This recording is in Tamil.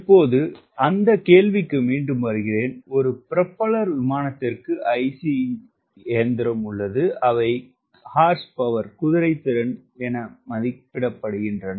இப்போது அந்த கேள்விக்கு மீண்டும் வருகிறேன் ஒரு புரோபல்லர் விமானத்திற்கு ஐசி இயந்திரம் உள்ளது அவை குதிரைத்திறன் என மதிப்பிடப்படுகின்றன